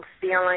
feeling